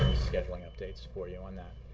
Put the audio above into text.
scheduling updates for you on that.